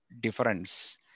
difference